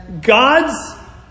God's